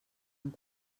amb